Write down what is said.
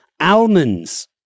almonds